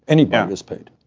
any part is paid,